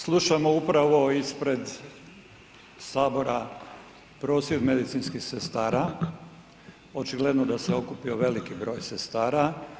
Slušamo upravo ispred Sabora prosvjed medicinskih sestara, očigledno da se okupio veliki broj sestara.